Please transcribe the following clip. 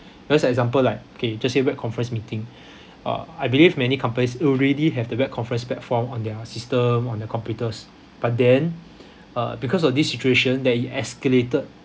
for example like okay just say web conference meeting uh I believe many companies already have their web conference platform on their system on their computers but then uh because of this situation then it escalated